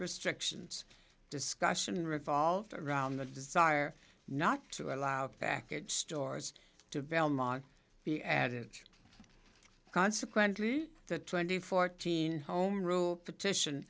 restrictions discussion revolves around the desire not to allow package stores to belmont be added consequently the twenty fourteen home rule petition